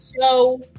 show